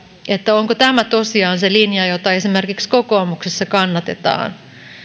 onko tämä tosiaan se linja jota esimerkiksi kokoomuksessa kannatetaan olen